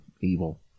evil